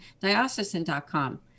diocesan.com